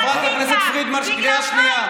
חברת הכנסת פרידמן, את בקריאה שנייה.